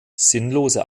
sinnlose